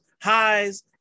highs